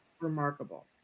remarkable